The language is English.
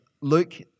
Luke